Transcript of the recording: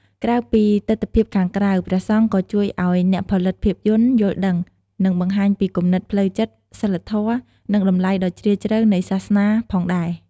ក្រៅពីទិដ្ឋភាពខាងក្រៅ ព្រះសង្ឃក៏ជួយឲ្យអ្នកផលិតភាពយន្ត យល់ដឹង និងបង្ហាញពីគំនិតផ្លូវចិត្ត សីលធម៌ និងតម្លៃដ៏ជ្រាលជ្រៅនៃសាសនា ផងដែរ។